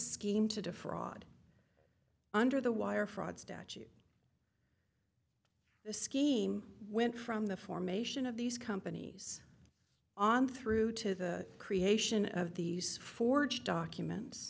defraud under the wire fraud statute the scheme went from the formation of these companies on through to the creation of these forged documents